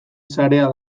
sarea